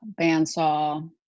bandsaw